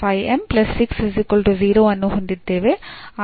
ನಾವು ಇಲ್ಲಿ 0 ಅನ್ನು ಹೊಂದಿದ್ದೇವೆ